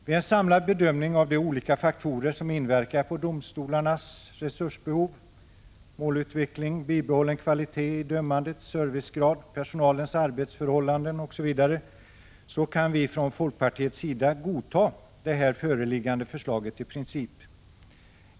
Vid en samlad bedömning av de olika faktorer som inverkar på domstolarnas resursbehov — målutveckling, bibehållen kvalitet i dömandet, servicegrad, personalens arbetsförhållanden osv. — kan vi i folkpartiet i princip godta det förslag som föreligger.